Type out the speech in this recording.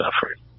suffering